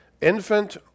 infant